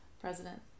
president